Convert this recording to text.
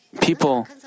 People